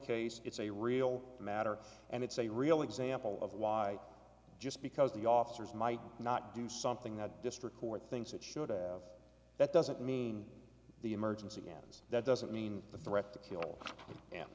case it's a real matter and it's a real example of why just because the officers might not do something that district court things that should have that doesn't mean the emergency ganz that doesn't mean the threat to kill